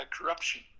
corruption